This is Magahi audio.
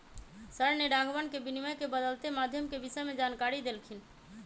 सर ने राघवन के विनिमय के बदलते माध्यम के विषय में जानकारी देल खिन